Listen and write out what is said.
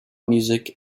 music